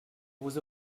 was